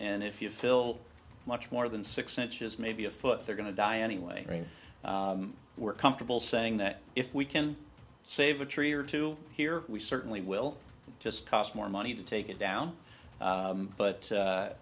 and if you fill much more than six inches maybe a foot they're going to die anyway i mean we're comfortable saying that if we can save a tree or two here we certainly will just cost more money to take it down but